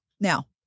Now